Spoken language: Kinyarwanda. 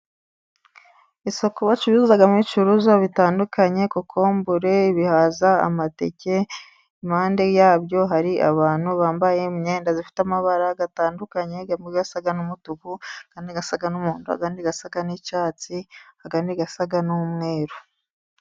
Isoko bacururizamo ibicuruzwa bitandukanye, kokombure, ibihaza, amateke. Impande yabyo hari abantu bambaye imyenda ifite amabara atandukanye. Amwe asa n'umutuku, andi asa n'umuhondo, andi asa n'icyatsi, andi asa n'umweru.